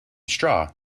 straw